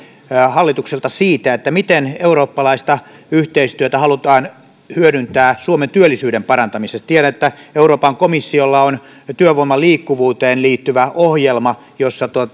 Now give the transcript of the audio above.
hallitukselta siitä miten eurooppalaista yhteistyötä halutaan hyödyntää suomen työllisyyden parantamisessa tiedän että euroopan komissiolla on työvoiman liikkuvuuteen liittyvä ohjelma